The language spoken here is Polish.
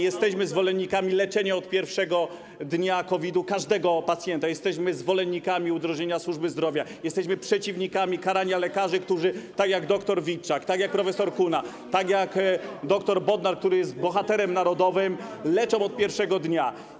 Jesteśmy zwolennikami leczenia od pierwszego dnia COVID-u każdego pacjenta, jesteśmy zwolennikami udrożnienia służby zdrowia, jesteśmy przeciwnikami karania lekarzy, którzy - tak jak dr Witczak, tak jak prof. Kuna, tak jak dr Bodnar, który jest bohaterem narodowym - leczą od pierwszego dnia.